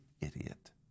idiot